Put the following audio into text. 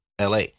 LA